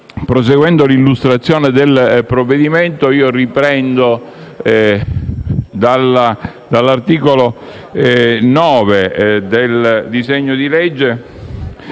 Proseguendo l'illustrazione del provvedimento, riprendo dall'articolo 9 del disegno di legge,